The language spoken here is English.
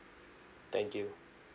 thank you